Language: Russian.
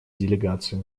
делегация